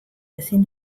ezin